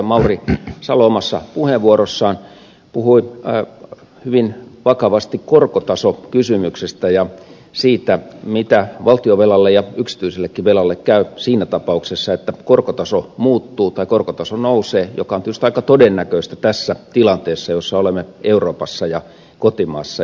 mauri salo omassa puheenvuorossaan puhui hyvin vakavasti korkotasokysymyksestä ja siitä miten valtionvelalle ja yksityisellekin velalle käy siinä tapauksessa että korkotaso nousee mikä on tietysti aika todennäköistä tässä tilanteessa jossa olemme euroopassa ja kotimaassa